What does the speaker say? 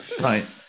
right